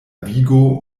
vigo